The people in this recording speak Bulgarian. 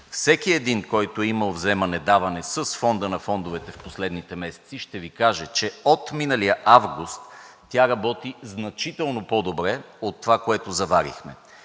Всеки един, който е имал вземаме-даване с Фонда на фондовете в последните месеци, ще Ви каже, че от миналия август тя работи значително по-добре от това, което заварихме.